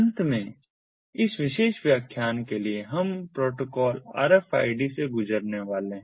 अंत में इस विशेष व्याख्यान के लिए हम प्रोटोकॉल RFID से गुजरने वाले हैं